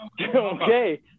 Okay